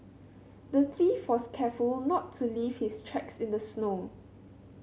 the thief was careful to not leave his tracks in the snow